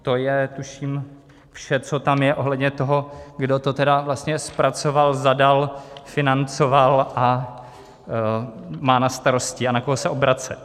To je tuším vše, co tam je ohledně toho, kdo to tedy vlastně zpracoval, zadal, financoval, má na starosti a na koho se obracet.